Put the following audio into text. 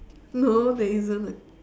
no there isn't a